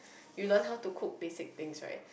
you learnt how to cook basic things right